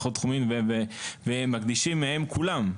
והם מקדישים מהם כולם.